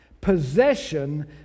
possession